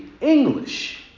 English